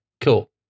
Cool